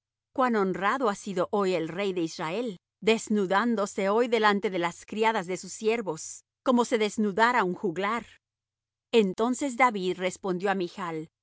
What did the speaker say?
cuán honrado ha sido hoy el rey de israel desnudándose hoy delante de las criadas de sus siervos como se desnudara un juglar entonces david respondió